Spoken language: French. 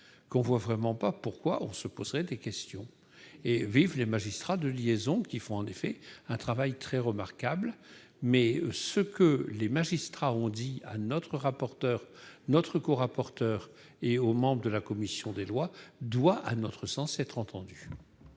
l'on ne voit vraiment pas pourquoi on se poserait des questions ! Et vive les magistrats de liaison, qui réalisent, en effet, un travail très remarquable. Il n'empêche que ce que les magistrats ont dit à nos corapporteurs et aux membres de la commission des lois doit, à notre sens, être entendu.